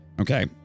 Okay